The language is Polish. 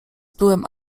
byłem